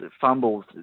fumbles